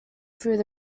through